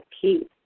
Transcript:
peace